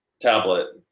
tablet